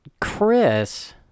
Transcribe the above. Chris